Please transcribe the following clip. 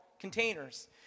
containers